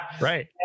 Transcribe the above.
right